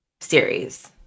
series